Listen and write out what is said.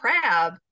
crab